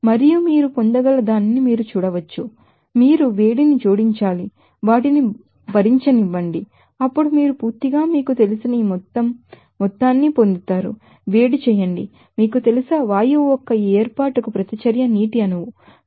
మరియు మీరు పొందగల దానిని మీరు చూడవచ్చు మీరు వేడిని జోడించాలి వాటిని భరించనివ్వండి అప్పుడు మీరు పూర్తిగా మీకు తెలిసిన ఈ మొత్తం మొత్తాన్ని పొందుతారు వేడి చేయండి మీకు తెలుసా వాయువు యొక్క ఈ ఏర్పాటుకు ರಿಯಾಕ್ಷನ್ ವಾಟರ್ మొలిక్యూల్